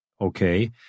Okay